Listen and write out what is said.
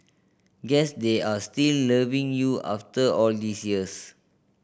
guess they are still loving you after all these years